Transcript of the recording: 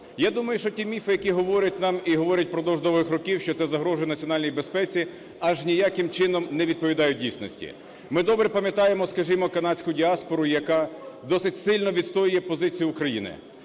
Я думаю, що ті міфи, які говорять нам і говорять впродовж довгих років, що це загрожує національній безпеці, аж ніяким чином не відповідають дійсності. Ми добре пам'ятаємо, скажімо, канадську діаспору, яка досить сильно відстоює позицію України.